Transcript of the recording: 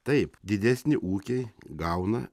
taip didesni ūkiai gauna